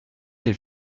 l’ai